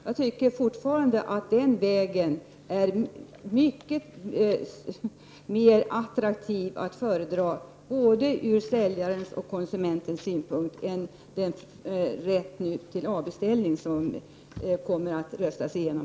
Jag tycker fortfarande att den vägen är att föredra, både från säljarens och från konsumentens synpunkt, framför den rätt till avbeställning som i dag kommer att röstas igenom.